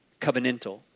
covenantal